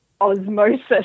osmosis